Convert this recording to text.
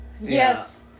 Yes